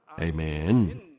Amen